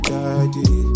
Daddy